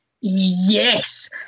yes